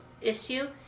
issue